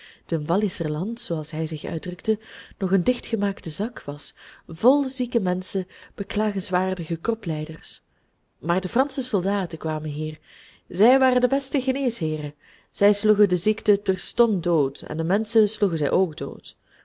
toen walliserland zooals hij zich uitdrukte nog een dichtgemaakte zak was vol zieke menschen beklagenswaardige kroplijders maar de fransche soldaten kwamen hier zij waren de beste geneesheeren zij sloegen de ziekte terstond dood en de menschen sloegen zij ook